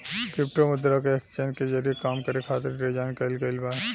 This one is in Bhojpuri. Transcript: क्रिप्टो मुद्रा के एक्सचेंज के जरिए काम करे खातिर डिजाइन कईल गईल बा